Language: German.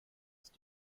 ist